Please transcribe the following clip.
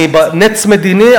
אני נץ מדיני,